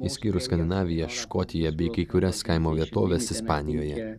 išskyrus skandinaviją škotiją bei kai kurias kaimo vietoves ispanijoje